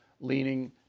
leaning